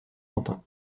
quentin